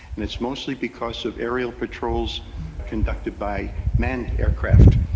and it's mostly because of aerial patrols conducted by manned aircraft.